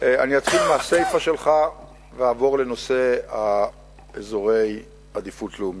אני אתחיל מהסיפא שלך ואעבור לנושא אזורי עדיפות לאומית.